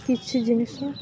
କିଛି ଜିନିଷ